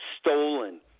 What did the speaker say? stolen